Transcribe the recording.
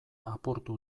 apurtu